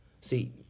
See